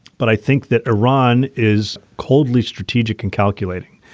but i think that iran is coldly strategic and calculating.